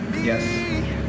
yes